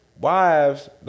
wives